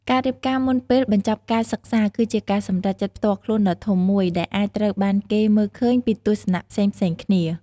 ការរៀបការមុនពេលបញ្ចប់ការសិក្សាគឺជាការសម្រេចចិត្តផ្ទាល់ខ្លួនដ៏ធំមួយ ដែលអាចត្រូវបានគេមើលឃើញពីទស្សនៈផ្សេងៗគ្នា។